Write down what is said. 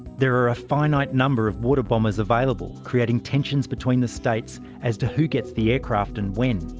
there are a finite number of water bombers available creating tensions between the states as to who gets the aircraft and when.